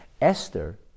Esther